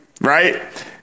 right